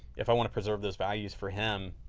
if i want to preserve those values for him